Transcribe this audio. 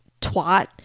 twat